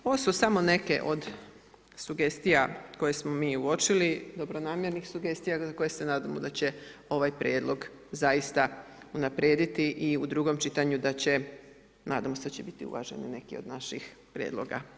Ovo su samo neke od sugestija koje smo mi uočili, dobronamjernih sugestija za koje se nadamo da će ovaj prijedlog zaista unaprijediti i u drugom čitanju nadamo se da će biti uvaženi neki od naših prijedloga.